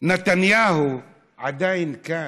נתניהו עדיין כאן.